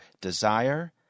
desire